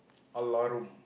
alarm